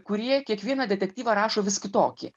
kurie kiekvieną detektyvą rašo vis kitokį